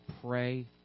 pray